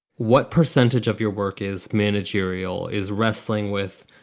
what percentage of your work is managerial? is wrestling with,